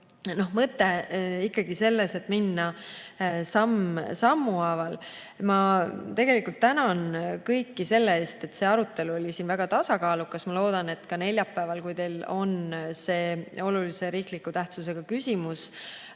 Mõte on ikkagi selles, et minna samm sammu haaval. Ma tegelikult tänan kõiki selle eest, et see arutelu oli siin väga tasakaalukas. Ma loodan, et ka neljapäeval, kui teil on [päevakorras] olulise tähtsusega riiklik